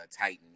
Titan